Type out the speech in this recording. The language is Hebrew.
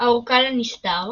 האורקל הנסתר